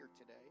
today